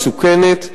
מסוכנת,